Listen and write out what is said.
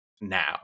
now